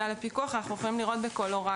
לפיקוח אנחנו יכולים לראות בקולורדו,